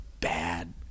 bad